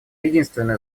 единственная